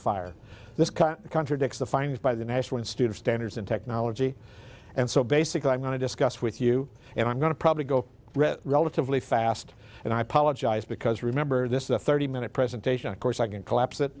fire this contradicts the findings by the national institute of standards and technology and so basically i'm going to discuss with you and i'm going to probably go read relatively fast and i apologize because remember this is a thirty minute presentation of course i can collapse